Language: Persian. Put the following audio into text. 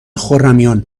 خرمیان